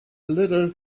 little